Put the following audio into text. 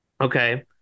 Okay